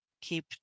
keep